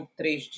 três